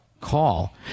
call